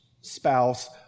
spouse